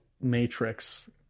Matrix